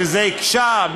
שזה הקשה.